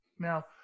Now